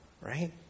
right